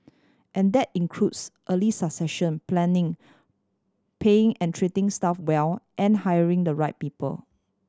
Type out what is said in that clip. and that includes early succession planning paying and treating staff well and hiring the right people